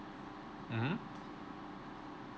mmhmm